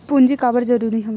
पूंजी काबर जरूरी हवय?